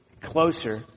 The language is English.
closer